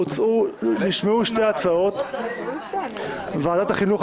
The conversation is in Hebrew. נשמעו שתי הצעות: ועדת החינוך,